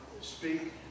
speak